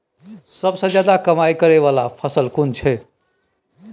सबसे ज्यादा कमाई करै वाला फसल कोन छै?